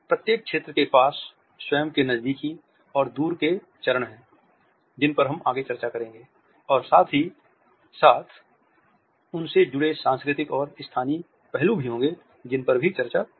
प्रत्येक क्षेत्र के पास स्वयं के नज़दीकी और दूर के चरण हैं जिन पर हम आगे चर्चा करेंगे और साथ ही साथ उनसे जुड़े सांस्कृतिक और स्थानीय पहलू भी होंगे जिन पर भी चर्चा की जाएगी